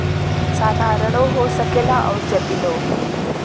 साधारणो हो सकेला अउर जटिलो